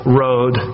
road